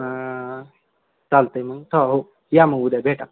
ह चालतं आहे मग हो हो या मग उद्या भेटा